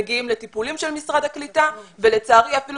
מגיעים לטיפולים של משרד הקליטה ולצערי אפילו